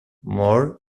more